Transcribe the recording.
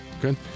good